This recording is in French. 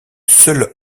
seul